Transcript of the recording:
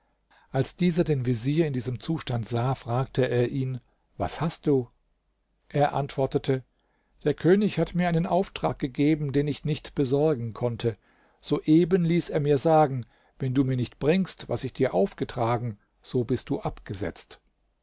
als dieser den vezier in diesem zustand sah fragte er ihn was hast du er antwortete der könig hat mir einen auftrag gegeben den ich nicht besorgen konnte soeben ließ er mir sagen wenn du mir nicht bringst was ich dir aufgetragen so bist du abgesetzt